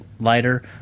lighter